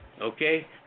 Okay